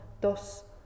dos